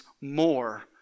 more